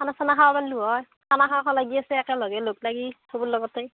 খানা চানা খাব পাৰিলো হয় খানা খাওঁ খাওঁ লাগি আছে একেলগে লগ লাগি চবৰ লগতে